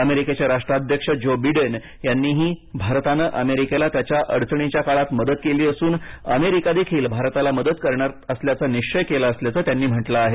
अमेरिकेचे राष्ट्राध्यक्ष Joe Biden यांनीही भारतानं अमेरिकेला त्याच्या अडचणीच्या काळात मदत केली असून अमेरिकादेखील भारताला मदत करणार असल्याचा निश्चय केला असल्याचं म्हटलं आहे